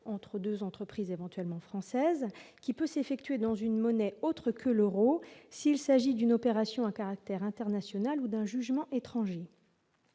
entre 2 entreprises éventuellement française qui peut s'effectuer dans une monnaie autre que l'Euro s'il s'agit d'une opération à caractère international ou d'un jugement étrangers